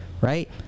right